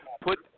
put